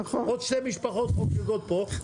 עוד שתי משפחות חוגגות פה.